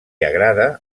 agrada